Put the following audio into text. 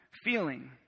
feeling